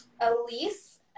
Elise